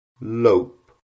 Lope